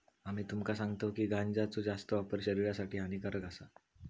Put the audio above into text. आम्ही तुमका सांगतव की गांजाचो जास्त वापर शरीरासाठी हानिकारक आसा